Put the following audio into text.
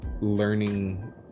learning